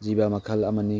ꯖꯤꯕ ꯃꯈꯜ ꯑꯃꯅꯤ